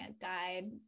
died